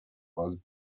باز